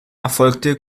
erfolgte